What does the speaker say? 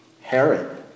Herod